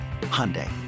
Hyundai